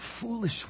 foolish